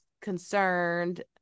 concerned